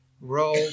Row